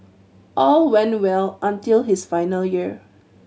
all went well until his final year